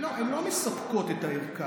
לא, הן לא מספקות את הערכה.